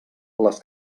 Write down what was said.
les